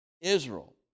Israel